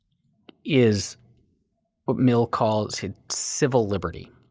is what mill calls civil liberty.